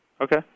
Okay